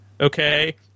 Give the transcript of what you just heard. okay